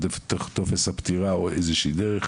דרך טופס הפטירה או איזושהי דרך.